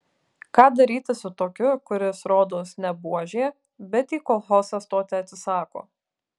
ką daryti su tokiu kuris rodos ne buožė bet į kolchozą stoti atsisako